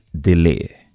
delay